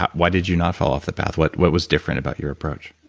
why did you not fall off the path? what what was different about your approach?